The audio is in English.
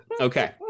Okay